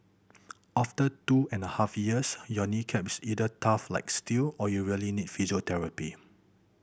after two and a half years your knee cap is either tough like steel or you really need physiotherapy